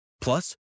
Plus